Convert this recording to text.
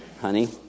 honey